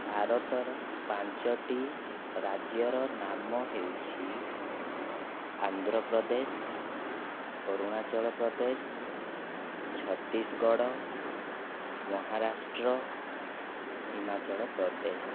ଭାରତର ପାଞ୍ଚଟି ରାଜ୍ୟର ନାମ ହେଉଛି ଆନ୍ଧ୍ରପ୍ରଦେଶ ଅରୁଣାଚଳ ପ୍ରଦେଶ ଛତିଶଗଡ଼ ମହାରାଷ୍ଟ୍ର ହିମାଚଳ ପ୍ରଦେଶ